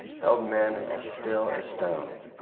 held men as still as stones.